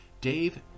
Dave